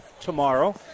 tomorrow